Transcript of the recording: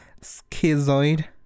Schizoid